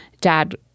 dad